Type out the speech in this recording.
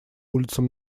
улицам